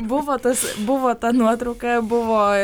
buvo tas buvo ta nuotrauka buvo